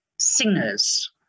singers